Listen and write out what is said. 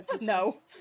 No